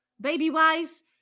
baby-wise